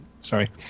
Sorry